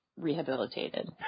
rehabilitated